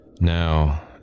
Now